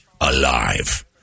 alive